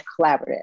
collaborative